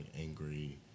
angry